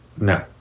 No